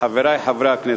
חברי חברי הכנסת,